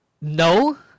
No